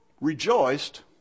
rejoiced